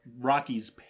Rockies